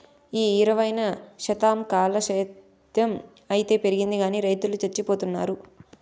ఈ ఇరవైవ శతకంల సేద్ధం అయితే పెరిగింది గానీ రైతులు చచ్చిపోతున్నారు